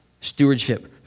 stewardship